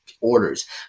orders